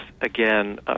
again